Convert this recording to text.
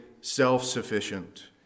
self-sufficient